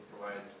provide